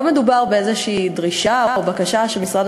לא מדובר באיזו דרישה או בקשה של משרד